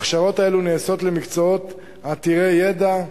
ההכשרות האלה נעשות במקצועות עתירי ידע,